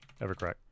Evercrack